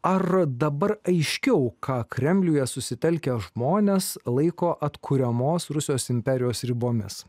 ar dabar aiškiau ką kremliuje susitelkę žmonės laiko atkuriamos rusijos imperijos ribomis